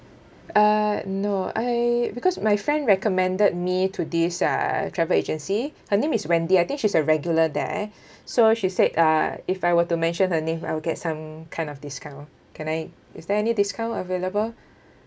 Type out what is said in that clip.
uh no I because my friend recommended me to this uh travel agency her name is wendy I think she's a regular there so she said uh if I were to mention her name I will get some kind of discount can I is there any discount available